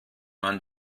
man